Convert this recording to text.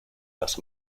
las